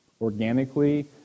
organically